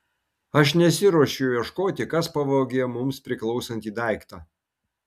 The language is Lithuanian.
aš nesiruošiu ieškoti kas pavogė mums priklausantį daiktą